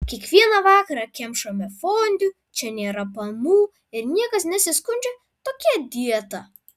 kiekvieną vakarą kemšame fondiu čia nėra panų ir niekas nesiskundžia tokia dieta